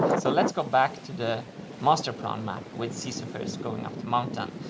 so let's go back to the master plan map with sisyphus going up the mountain.